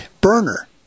burner